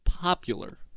popular